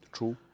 True